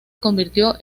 convirtió